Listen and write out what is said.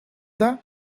that